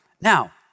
Now